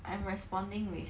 I'm responding with